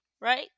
right